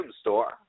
Store